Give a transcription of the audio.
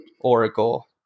Oracle